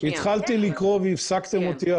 התחלתי מפה והפסקתם אותי.